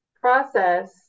process